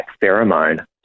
pheromone